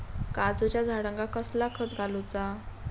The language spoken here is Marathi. काजूच्या झाडांका कसला खत घालूचा?